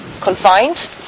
confined